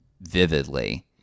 vividly